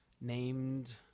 named